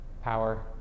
power